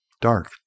dark